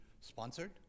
sponsored